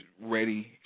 ready